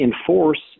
enforce